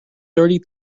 thirty